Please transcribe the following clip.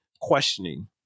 questioning